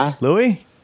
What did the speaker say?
Louis